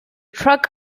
track